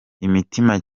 imitima